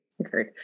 agreed